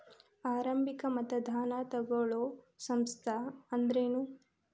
ಆರಂಭಿಕ್ ಮತದಾನಾ ತಗೋಳೋ ಸಂಸ್ಥಾ ಅಂದ್ರೇನು?